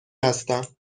هستم